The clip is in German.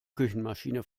küchenmaschine